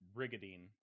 Brigadine